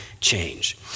change